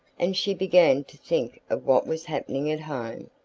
and she began to think of what was happening at home.